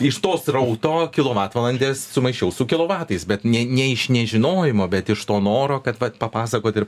iš to srauto kilovatvalandes sumaišiau su kilovatais bet ne ne iš nežinojimo bet iš to noro kad vat papasakot ir